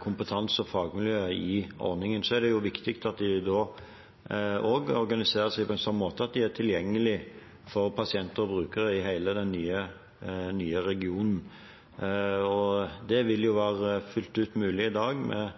kompetanse- og fagmiljø i ordningen. Så er det viktig at de også organiserer seg på en sånn måte at de er tilgjengelig for pasienter og brukere i hele den nye regionen. Det vil være fullt mulig i dag med